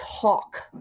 talk